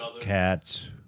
cats